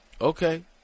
Okay